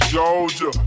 Georgia